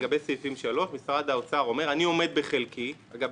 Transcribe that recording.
לגבי סעיף 3 משרד האוצר אומר: אני עומד בחלקי אגב,